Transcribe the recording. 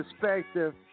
perspective